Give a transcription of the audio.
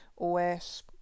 OS